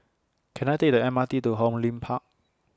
Can I Take The M R T to Hong Lim Park